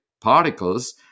particles